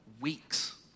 weeks